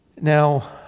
Now